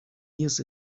years